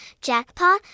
jackpot